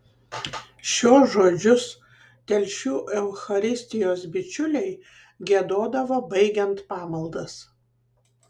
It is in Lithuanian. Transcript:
šiuos žodžius telšių eucharistijos bičiuliai giedodavo baigiant pamaldas